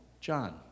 John